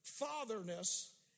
fatherness